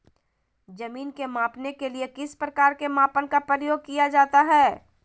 जमीन के मापने के लिए किस प्रकार के मापन का प्रयोग किया जाता है?